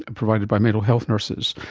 ah provided by mental health nurses,